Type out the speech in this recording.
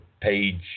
page